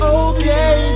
okay